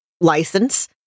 license